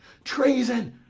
treason!